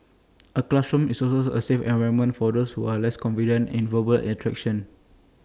A classroom is also A safe environment for those who are less confident in verbal interactions